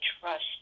trust